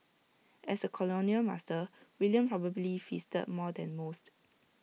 as A colonial master William probably feasted more than most